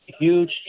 huge